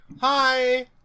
Hi